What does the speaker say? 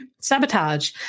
sabotage